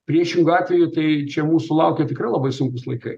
priešingu atveju tai čia mūsų laukia tikrai labai sunkūs laikai